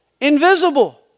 invisible